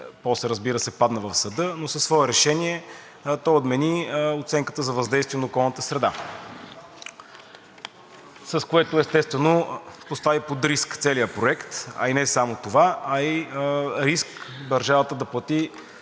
после, разбира се, падна в съда, но със свое решение той отмени оценката за въздействие на околната среда, с което, естествено, постави под риск целия проект. И не само това, а и риск държавата да плати